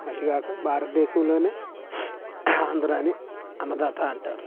అదీగాక భారతదేశంలోనే ఆంధ్రాని అన్నదాత అంటారు